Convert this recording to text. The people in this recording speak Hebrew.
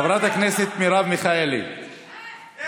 חבר הכנסת מיקי זוהר,